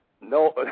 No